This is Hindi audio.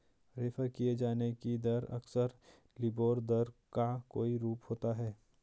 रेफर किये जाने की दर अक्सर लिबोर दर का कोई रूप होता है